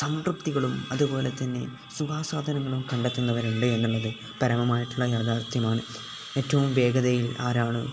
സംതൃപ്തികളും അതുപോലെ തന്നെ സുഖാ ങ്ങളും കണ്ടെത്തുന്നവരുണ്ട് എന്നുള്ളതു പരമമായിട്ടുള്ള യാഥാർത്ഥ്യമാണ് ഏറ്റവും വേഗതയിൽ ആരാണ്